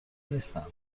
نیستند